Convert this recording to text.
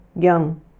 young